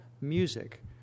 music